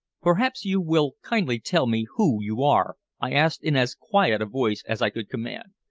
perhaps you will kindly tell me who you are? i asked in as quiet a voice as i could command.